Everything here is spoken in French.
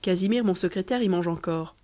casimir mon secrétaire y mange encore